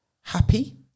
happy